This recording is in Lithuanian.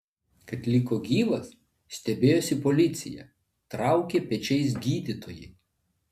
kad liko gyvas stebėjosi policija traukė pečiais gydytojai